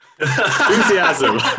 Enthusiasm